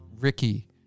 Ricky